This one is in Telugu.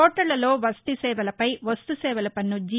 హాటళ్ళలో వసతిసేవలపై వస్తుసేవల పన్ను జి